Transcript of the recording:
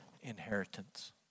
inheritance